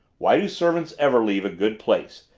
why do servants ever leave a good place?